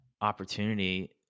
opportunity